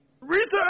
Rita